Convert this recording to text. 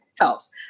helps